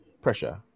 pressure